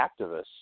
activists